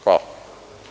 Hvala.